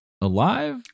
alive